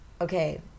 Okay